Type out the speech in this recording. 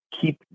keep